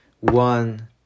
one